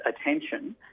attention